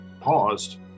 paused